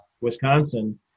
Wisconsin